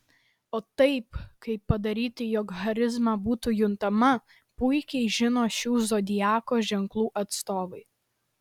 o tai kaip padaryti jog charizma būtų juntama puikiai žino šių zodiako ženklų atstovai